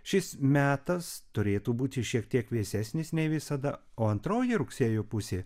šis metas turėtų būti šiek tiek vėsesnis nei visada o antroji rugsėjo pusė